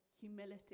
humility